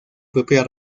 propia